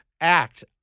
act